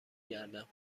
گردم